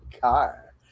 car